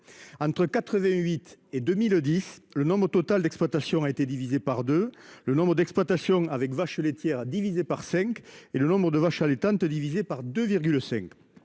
entre 88 et 2010 le nombre total d'exploitation a été divisée par 2 le nombre d'exploitations avec vaches laitières a divisé par 5 et le nombre de vaches allaitantes divisé par 2,5.